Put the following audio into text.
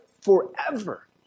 forever